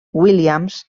williams